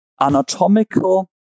anatomical